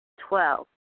Twelve